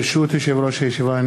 ברשות יושב-ראש הישיבה,